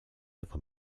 other